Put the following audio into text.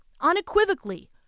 unequivocally